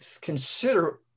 consider